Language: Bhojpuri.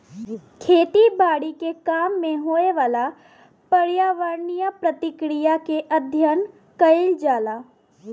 खेती बारी के काम में होए वाला पर्यावरणीय प्रक्रिया के अध्ययन कइल जाला